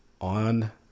On